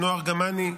שנועה ארגמני,